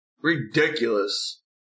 ridiculous